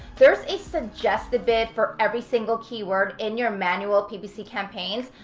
there's a suggested bid for every single keyword in your manual ppc campaigns,